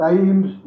Times